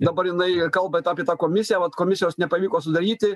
dabar jinai kalba apie tą komisiją vat komisijos nepavyko sudaryti